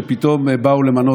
כשפתאום באו למנות,